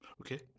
Okay